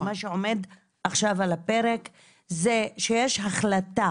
מה שעומד עכשיו על הפרק זה שיש החלטה